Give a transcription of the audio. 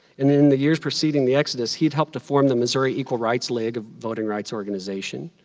and in the years preceding the exodus, he had helped to form the missouri equal rights league, a voting rights organization.